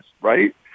right